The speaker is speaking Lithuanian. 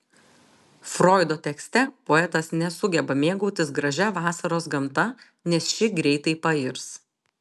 froido tekste poetas nesugeba mėgautis gražia vasaros gamta nes ši greitai pairs